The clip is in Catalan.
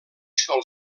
sol